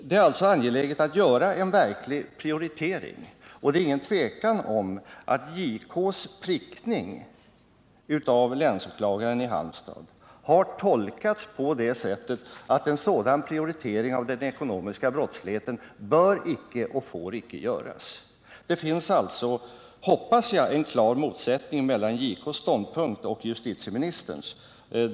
Det är alltså angeläget att göra en verklig prioritering, men det är tyvärr ingen tvekan om att JK:s prickning av länsåklagaren i Halmstad har tolkats på det sättet att en sådan prioritering av den ekonomiska brottsligheten inte bör eller får göras. Det finns alltså, hoppas jag, en klar motsättning mellan JK:s ståndpunkt och justitieministerns.